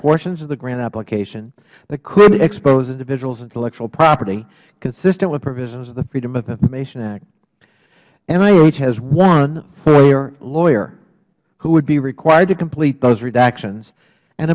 portions of the grant application that could expose individuals intellectual property consistent with provisions of the freedom of information act nih has one foia lawyer who would be required to complete those redactions an